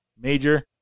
major